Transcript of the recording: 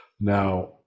Now